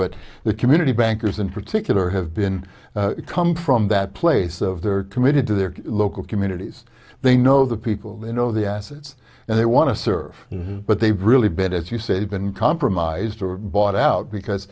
but the community bankers in particular have been come from that place of they're committed to their local communities they know the people they know the assets and they want to serve but they really bet as you say been compromised or bought out because